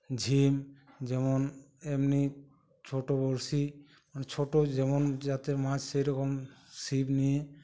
ঝিম যেমন এমনি ছোটো বড়শি মানে ছোটো যেমন যাতে মাচ সেরকম সিপ নিয়ে